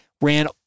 ran